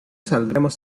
saldremos